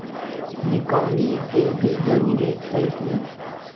निकौनी के भी जरूरी छै की?